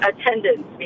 Attendance